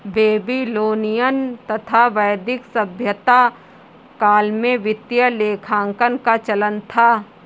Babylonian तथा वैदिक सभ्यता काल में वित्तीय लेखांकन का चलन था